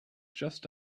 just